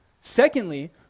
Secondly